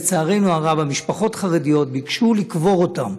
לצערנו הרב, המשפחות חרדיות, וביקשו לקבור אותם.